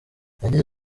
yagize